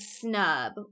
snub